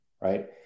right